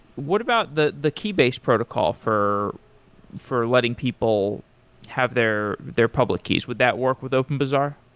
what about the the key-based protocol for for letting people have their their public keys, would that work with openbazaar?